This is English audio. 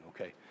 okay